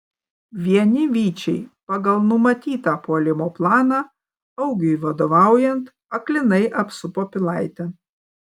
vieni vyčiai pagal numatytą puolimo planą augiui vadovaujant aklinai apsupo pilaitę